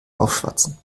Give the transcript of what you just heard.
aufschwatzen